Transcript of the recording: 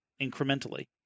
incrementally